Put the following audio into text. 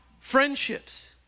friendships